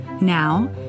Now